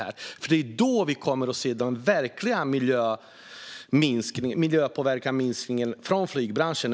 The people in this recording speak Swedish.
Det är när vi inför skatt på drivmedel i flyget som vi kommer att se den verkliga minskningen av miljöpåverkan från flygbranschen.